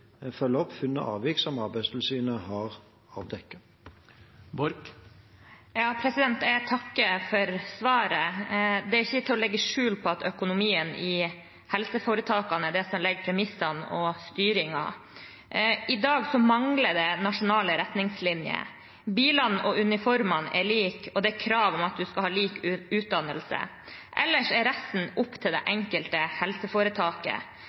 opp funn og avvik som Arbeidstilsynet har avdekket. Jeg takker for svaret. Det er ikke til å legge skjul på at økonomien i helseforetakene er det som legger premissene for styringen. I dag mangler det nasjonale retningslinjer. Bilene og uniformene er like, og det er krav om at man skal ha lik utdannelse, ellers er resten opp til det